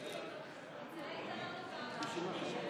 לשר